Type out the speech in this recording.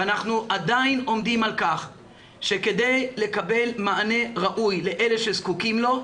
ואנחנו עדיין עומדים על כך שכדי לקבל מענה ראוי לאלה שזקוקים לו,